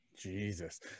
Jesus